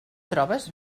trobes